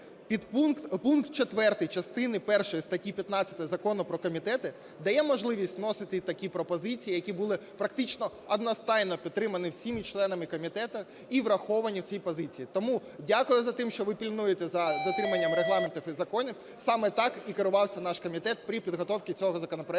пункт 4 частини першої статті 15 Закону про комітети дає можливість вносити і такі пропозиції, які були практично одностайно підтримані всіма членами комітету і враховані в цій позиції. Тому дякую за те, що ви пильнуєте за дотриманням Регламенту і законів, саме так і керувався наш комітет при підготовці цього законопроекту